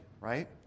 right